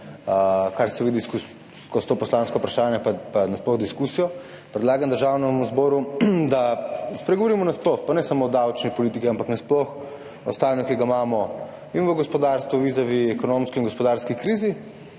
kar se vidi skozi to poslansko vprašanje pa nasploh diskusijo, predlagam Državnemu zboru, da spregovorimo nasploh, pa ne samo o davčni politiki, ampak nasploh o stanju, ki ga imamo v gospodarstvu vizavi ekonomski in gospodarski krizi,